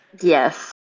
Yes